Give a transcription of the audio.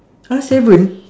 [huh] seven